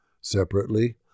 Separately